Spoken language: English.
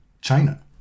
China